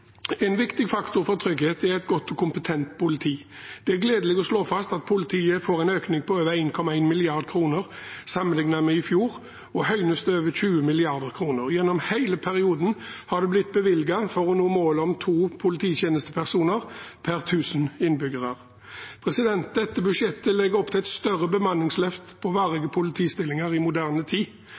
En viktig faktor for trygghet er et godt og kompetent politi. Det er gledelig å slå fast at politiet får en økning på over 1,1 mrd. kr sammenlignet med i fjor, og at det høynes til over 20 mrd. kr. Gjennom hele perioden har det blitt bevilget midler for å nå målet om to polititjenestepersoner per tusen innbyggere. Dette budsjettet legger opp til et større bemanningsløft på varige politistillinger i moderne tid.